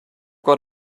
got